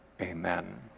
amen